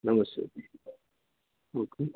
నమస్తే